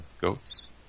goats